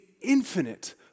infinite